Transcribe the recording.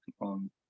on